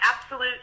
absolute